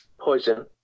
Poison